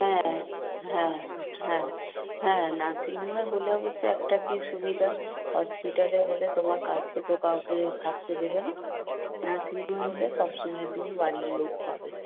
হ্যাঁ হ্যাঁ হ্যাঁ হ্যাঁ নার্সিং হোমে হলে অবশ্য একটা কি সুবিধা হসপিটালে হলে তোমার কাছে তো কাউকে থাকতে দেবে না নার্সিংহোমে হলে সবসময় তুমি বাড়ির লোক পাবে